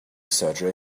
surgery